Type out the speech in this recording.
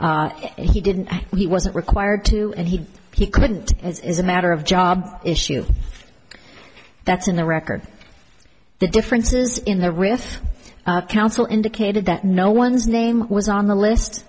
and he didn't he wasn't required to and he he couldn't as is a matter of job issue that's in the record the difference is in there with council indicated that no one's name was on the list